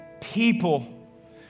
people